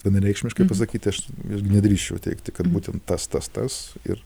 vienareikšmiškai pasakyti aš visgi nedrįsčiau teigti kad būtent tas tas tas ir